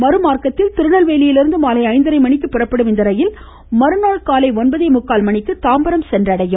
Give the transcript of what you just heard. மறு மார்க்கத்தில் திருநெல்வேலியிருந்து மாலை ஐந்தரை மணிக்கு புறப்படும் இந்த ரயில் மறுநாள் காலை ஒன்பதே முக்கால் மணிக்கு தாம்பரம் சென்றடையும்